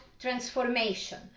transformation